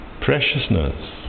preciousness